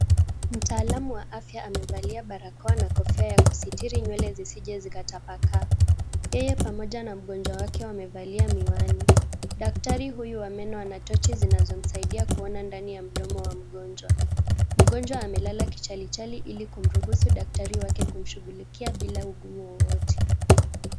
Mtaalamu wa afya amevalia barakoa na kofia ya kusitiri nywele zisije zikatapakaa. Yeye pamoja na mgonjwa wake wamevalia miwani. Daktari huyu wa meno ana tochi zinazomsaidia kuona ndani ya mdomo wa mgonjwa. Mgonjwa amelala kichalichali ili kumruhusu daktari wake kumshughulikia bila ugumu wowote.